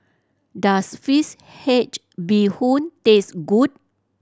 does fish head bee hoon taste good